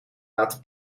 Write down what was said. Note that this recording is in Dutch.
laten